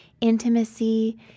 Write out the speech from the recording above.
intimacy